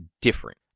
different